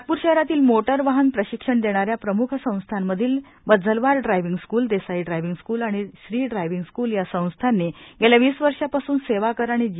नागपूर शरातील मोटार वाहन प्रशिक्षण देणाऱ्या प्रमुख संस्थांमधील Wazalwar driving school Desai driving school आणि श्री ड्रायविंग स्कूल या संस्थांनी गेल्या वीस वर्षांपासून सेवाकर आणि जी